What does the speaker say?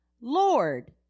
Lord